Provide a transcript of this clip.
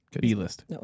B-list